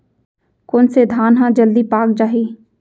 कोन से धान ह जलदी पाक जाही?